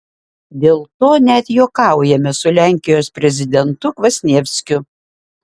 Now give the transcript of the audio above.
dėl to net juokaujame su lenkijos prezidentu kvasnievskiu